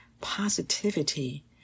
positivity